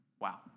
Wow